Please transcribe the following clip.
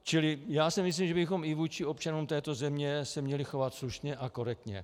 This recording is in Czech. Čili si myslím, že bychom se i vůči občanům této země měli chovat slušně a korektně.